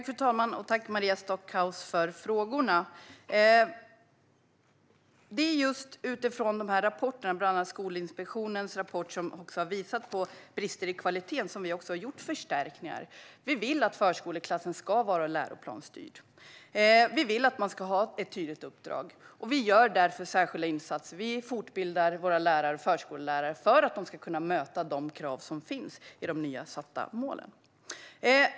Fru talman! Tack, Maria Stockhaus, för frågorna! Det är just utifrån dessa rapporter, bland annat Skolinspektionens rapport som visade på brister i kvaliteten, som vi har gjort förstärkningar. Vi vill att förskoleklassen ska vara läroplansstyrd, och vi vill att man ska ha ett tydligt uppdrag. Vi gör därför särskilda insatser. Vi fortbildar våra lärare och förskollärare för att de ska kunna möta de krav som finns i de nya mål som satts upp.